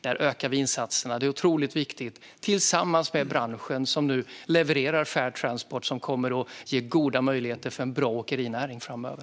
Där ökar vi insatserna, vilket är otroligt viktigt, tillsammans med branschen som nu levererar fair transport. Det kommer att ge goda möjligheter till en bra åkerinäring framöver.